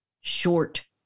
short